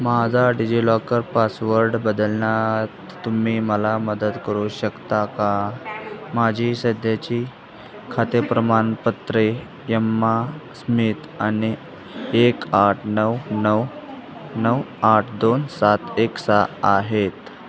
माझा डिजिलॉकर पासवर्ड बदलण्यात तुम्ही मला मदत करू शकता का माझी सध्याची खाते प्रमाणपत्रे यम्मा स्मित आणि एक आठ नऊ नऊ नऊ आठ दोन सात एक सहा आहेत